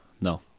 no